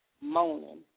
moaning